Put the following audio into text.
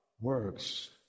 Works